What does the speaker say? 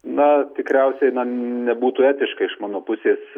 na tikriausiai nebūtų etiška iš mano pusės